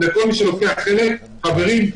לכל מי שלוקח חלק: חברים,